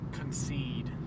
Concede